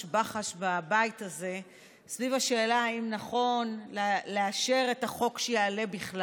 בבית הזה סביב השאלה אם בכלל נכון לאשר את החוק שיעלה.